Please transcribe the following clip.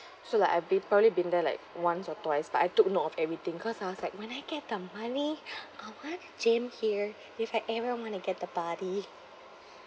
so like I've be~ probably been there like once or twice but I took note of everything cause ah it's like when I get the money I want gym here it's like everyone want to get the body